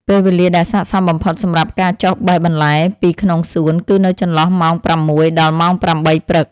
ពេលវេលាដែលស័ក្តិសមបំផុតសម្រាប់ការចុះបេះបន្លែពីក្នុងសួនគឺនៅចន្លោះម៉ោងប្រាំមួយដល់ម៉ោងប្រាំបីព្រឹក។